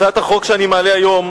הצעת החוק שאני מעלה היום